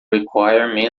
requirement